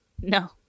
No